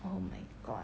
oh my god